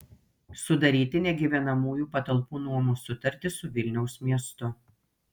sudaryti negyvenamųjų patalpų nuomos sutartį su vilniaus miestu